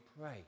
pray